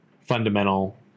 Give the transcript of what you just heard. fundamental